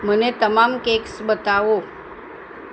મને તમામ કેક્સ બતાવો